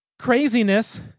Craziness